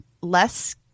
less